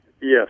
Yes